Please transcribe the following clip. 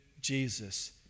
Jesus